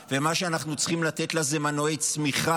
ומה שאנחנו צריכים לתת לה זה מנועי צמיחה.